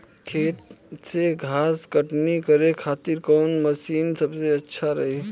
खेत से घास कटनी करे खातिर कौन मशीन सबसे अच्छा रही?